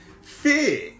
fear